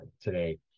today